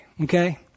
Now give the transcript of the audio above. Okay